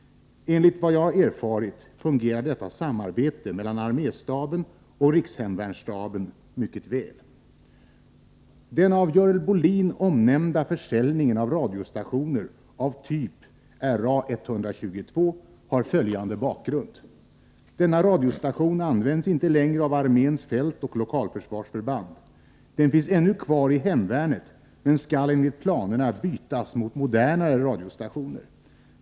Enligt vad jag erfarit fungerar detta samarbete mellan arméstaben och rikshemvärnsstaben mycket väl. Den av Görel Bohlin omnämnda försäljningen av radiostationer av typ Ra 122 har följande bakgrund. Denna radiostation används inte längre av arméns fältoch lokalförsvarsförband. Den finns ännu kvar i hemvärnet men skall enligt planerna bytas mot modernare radiostationer.